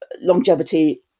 longevity